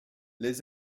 les